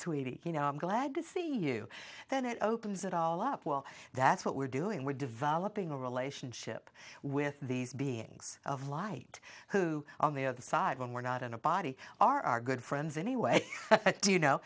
sweetie you know i'm glad to see you then it opens it all up well that's what we're doing we're developing a relationship with these beings of light who on the other side when we're not in a body are our good friends anyway do you know